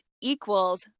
equals